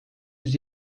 yüz